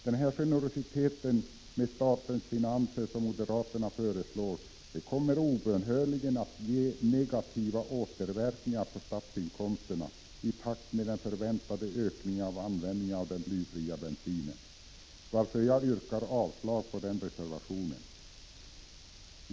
Den generositet med statens finanser som moderaterna föreslår kommer obönhörligen att ge negativa återverkningar på statsinkomsterna i takt med den förväntade ökningen av användningen av den blyfria bensinen, varför jag yrkar avslag på reservationen.